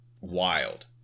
wild